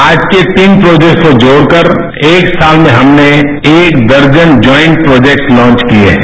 आज के तीन प्रोजेक्ट्स को जोड़कर एक साल में हमने एक दर्जन ज्वाइंट प्रोजेक्ट लॉन्च किए हैं